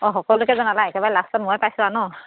অঁ সকলোকে জনালে একেবাৰে লাষ্টত মইয়ে পাইছোঁ আৰু ন